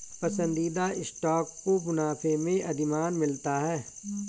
पसंदीदा स्टॉक को मुनाफे में अधिमान मिलता है